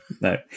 No